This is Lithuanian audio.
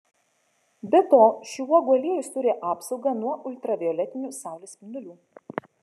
be to šių uogų aliejus turi apsaugą nuo ultravioletinių saulės spindulių